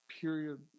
period